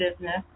business